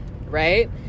right